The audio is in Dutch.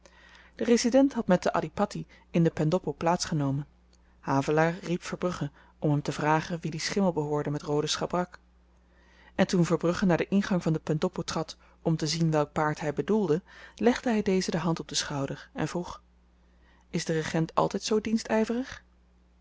de resident had met den adhipatti in de pendoppo plaats genomen havelaar riep verbrugge om hem te vragen wien die schimmel behoorde met roode schabrak en toen verbrugge naar den ingang van de pendoppo trad om te zien welk paard hy bedoelde legde hy dezen de hand op den schouder en vroeg is de regent altyd zoo